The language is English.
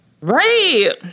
Right